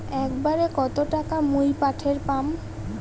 একবারে কত টাকা মুই পাঠের পাম?